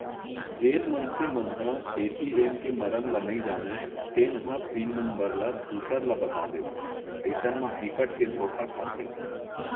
जेन मनसे मन ह ए.टी.एम के मरम ल नइ जानय तेन ह पिन नंबर ल दूसर ल बता देथे अइसन म बिकट के धोखा खाथे